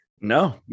No